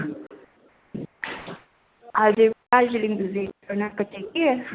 हजुर दार्जिलिङ भिजिट गर्न आएको थिएँ कि